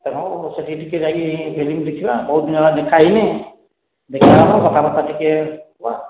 ଏବଂ ସେଠି ଟିକେ ଯାଇକି ଫିଲ୍ମ ଦେଖିବା ବହୁତ ଦିନ ହେଲା ଦେଖା ହେଇନେ ଦେଖା ହେବା କଥାବାର୍ତ୍ତା ଟିକେ ହେବା